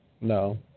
No